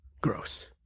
Gross